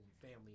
family